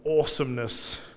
awesomeness